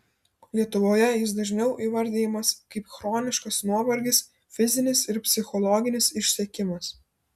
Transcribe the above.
lietuvoje jis dažniau įvardijamas kaip chroniškas nuovargis fizinis ir psichologinis išsekimas